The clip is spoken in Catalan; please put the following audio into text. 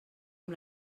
amb